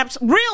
Real